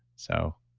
so